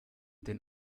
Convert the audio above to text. den